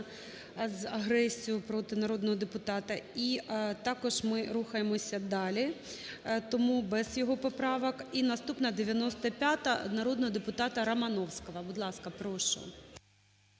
з агресією проти народного депутата. І також ми рухаємося далі тому без його поправок. І наступна 95-а народного депутатаРомановського. Будь ласка, прошу.